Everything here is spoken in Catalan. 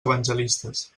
evangelistes